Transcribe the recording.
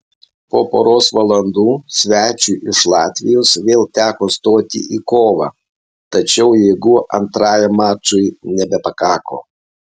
po poros valandų svečiui iš latvijos vėl teko stoti į kovą tačiau jėgų antrajam mačui nebepakako